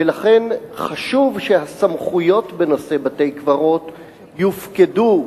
ולכן חשוב שהסמכויות בנושא בתי-קברות יופקדו,